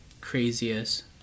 craziest